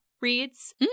reads